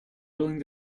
willing